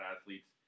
athletes